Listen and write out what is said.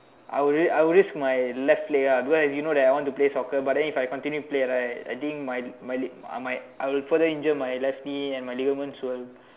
I will raise I will raise my left leg ah because as you know that I want to play soccer but then if I continue to play right I think my my I my I will further injure my left knee and my ligaments will